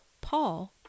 Paul